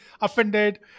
offended